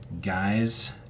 guys